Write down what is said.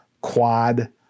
Quad